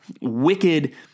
wicked